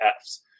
Fs